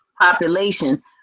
population